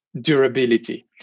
durability